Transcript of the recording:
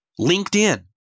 LinkedIn